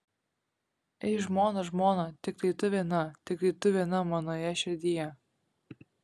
ei žmona žmona tiktai tu viena tiktai tu viena manoje širdyje